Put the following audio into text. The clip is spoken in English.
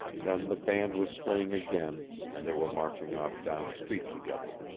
then the band was playing again and they were marching off down the street together,